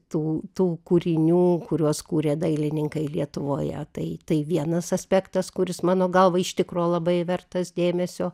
tų tų kūrinių kuriuos kūrė dailininkai lietuvoje tai tai vienas aspektas kuris mano galva iš tikro labai vertas dėmesio